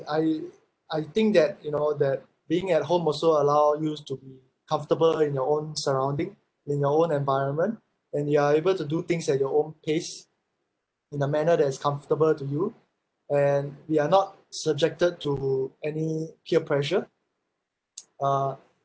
I I think that you know that being at home also allow you to be comfortable in your own surrounding in your own environment and you are able to do things at your own pace in a manner that is comfortable to you and we are not subjected to any peer pressure uh